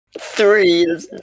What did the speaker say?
Three